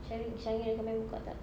changi changi recommend buka tak